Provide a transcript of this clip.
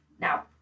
Now